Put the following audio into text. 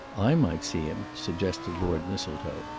i might see him, suggested lord mistletoe.